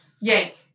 yank